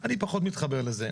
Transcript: אני פחות מתחבר לזה.